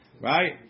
right